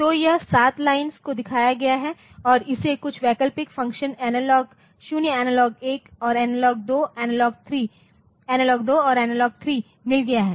तो यह 7 लाइन्स को दिखाया गया है और इसे कुछ वैकल्पिक फ़ंक्शन एनालॉग 0 एनालॉग 1 और एनालॉग 2 एनालॉग 3 मिल गया है